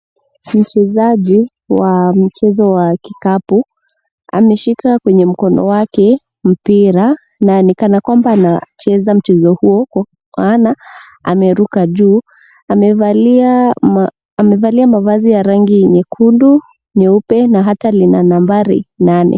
Mchezaji wa mchezo wa kikapu, ameshika kwenye mkono wake mpira na ni kana kwamba anacheza mchezo huo, kwa maana ameruka juu. Amevalia mavazi ya rangi nyekundu, nyeupe, na hata lina nambari nane.